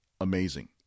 amazing